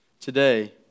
Today